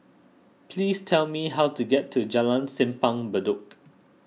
please tell me how to get to Jalan Simpang Bedok